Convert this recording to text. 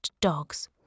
dogs